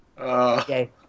okay